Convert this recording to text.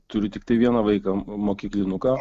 turiu tiktai vieną vaiką mokyklinuką